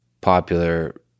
popular